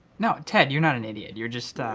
no, ted, you're not an idiot. you're just,